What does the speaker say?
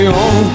on